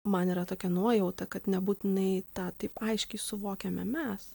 man yra tokia nuojauta kad nebūtinai tą taip aiškiai suvokiame mes